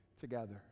together